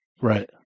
Right